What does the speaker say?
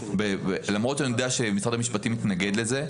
למרות שאני יודע שמשרד המשפטים מתנגד לזה,